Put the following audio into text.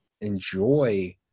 Enjoy